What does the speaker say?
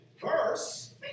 verse